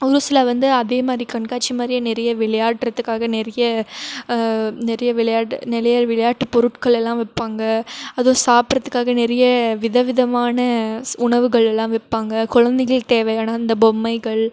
உருஸில் வந்து அதே மாதிரி கண்காட்சி மாதிரியே நிறைய விளையாடுறதுக்காக நிறைய நிறைய விளையாட்டு நிறைய விளையாட்டு பொருட்களெல்லாம் விற்பாங்க அதுவும் சாப்பிடுறதுக்காக நிறைய விதவிதமான உணவுகளெல்லாம் விற்பாங்க குழந்தைகளுக்கு தேவையான அந்த பொம்மைகள்